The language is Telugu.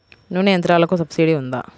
నూనె యంత్రాలకు సబ్సిడీ ఉందా?